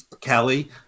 Kelly